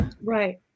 Right